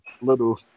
little